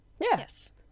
yes